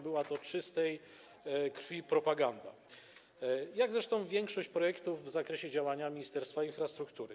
Była to czystej krwi propaganda, jak zresztą większość projektów w zakresie działania Ministerstwa Infrastruktury.